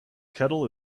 kettle